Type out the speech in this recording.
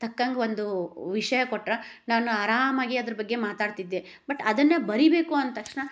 ತಕ್ಕಂಗೆ ಒಂದು ವಿಷಯ ಕೊಟ್ರಾ ನಾನು ಆರಾಮಾಗಿ ಅದ್ರ್ ಬಗ್ಗೆ ಮಾತಾಡ್ತಿದ್ದೆ ಬಟ್ ಅದನ್ನ ಬರಿಬೇಕು ಅಂದ ತಕ್ಷಣ